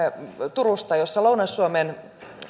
turusta jossa lounais suomen